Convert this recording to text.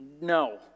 no